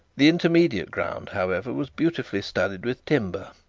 the intermediate ground, however, was beautifully studded with timber.